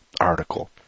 article